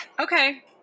Okay